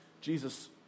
jesus